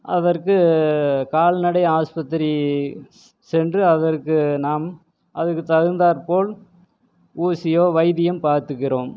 அதற்கு கால்நடை ஆஸ்பத்திரி சென்று அதற்கு நாம் அதுக்கு தகுந்தாற்போல் ஊசியோ வைத்தியம் பார்த்திக்கிறோம்